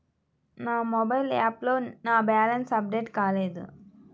నా మొబైల్ యాప్లో నా బ్యాలెన్స్ అప్డేట్ కాలేదు